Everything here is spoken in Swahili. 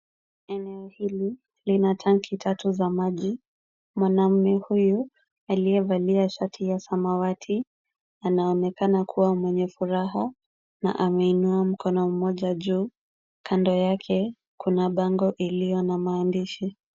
Eneo hili, lina tanki tatu za maji. Mwanaume huyu, aliyevalia shati ya samawati, anaonekana kuwa mwenye furaha. Na ameinaa mkono mmoja juu, kando yake, kuna bango iliyo na maandishi.